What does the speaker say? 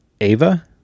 ava